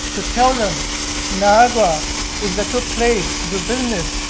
to tell them niagara is a good place to do business,